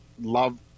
love